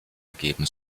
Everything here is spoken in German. geben